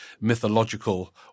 mythological